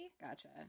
Gotcha